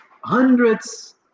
hundreds